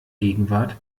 gegenwart